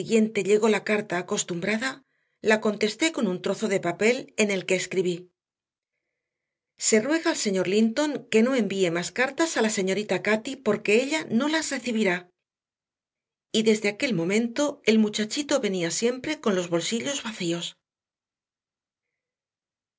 siguiente llegó la carta acostumbrada la contesté con un trozo de papel en el que escribí se ruega al señor linton que no envíe más cartas a la señorita cati porque ella no las recibirá y desde aquel momento el muchachito venía siempre con los bolsillos vacíos